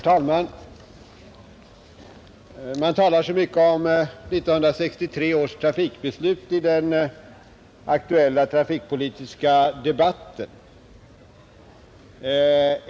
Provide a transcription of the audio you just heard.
Herr talman! Man talar i den aktuella trafikpolitiska debatten mycket om 1963 års trafikbeslut.